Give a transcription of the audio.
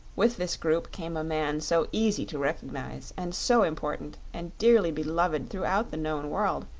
with this group came a man so easy to recognize and so important and dearly beloved throughout the known world,